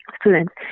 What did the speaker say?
students